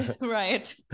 right